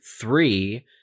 three